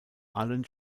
allen